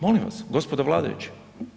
Molim vas, gospodo vladajući.